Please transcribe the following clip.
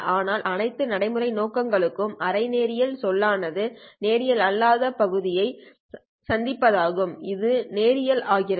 ஆனால் அனைத்து நடைமுறை நோக்கங்களுக்கும் அரை நேரியல் சொல் ஆனது நேரியல் அல்லாத பகுதி பகுதியை சந்திப்பதால் இது நேரியல் ஆகிறது